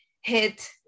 hit